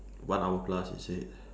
one hour plus is it